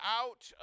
out